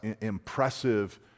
impressive